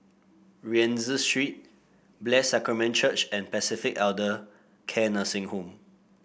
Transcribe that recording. Rienzi Street Blessed Sacrament Church and Pacific Elder Care Nursing Home